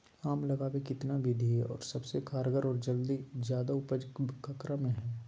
आम लगावे कितना विधि है, और सबसे कारगर और जल्दी और ज्यादा उपज ककरा में है?